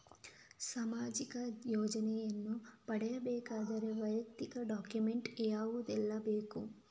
ಸಾಮಾಜಿಕ ಯೋಜನೆಯನ್ನು ಪಡೆಯಬೇಕಾದರೆ ವೈಯಕ್ತಿಕ ಡಾಕ್ಯುಮೆಂಟ್ ಯಾವುದೆಲ್ಲ ಬೇಕು?